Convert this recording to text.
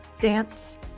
dance